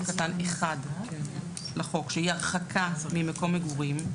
קטן (1) לחוק שהיא הרחקה ממקום מגורים,